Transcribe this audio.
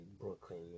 Brooklyn